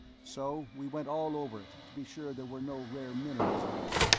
so we went all over it to be sure there were no rare minerals there,